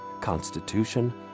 Constitution